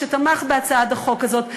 שתמך בהצעת החוק הזאת.